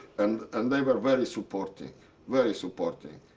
and and they were very supporting, very supporting.